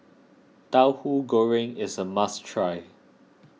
Tauhu Goreng is a must try